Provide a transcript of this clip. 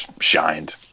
shined